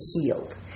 healed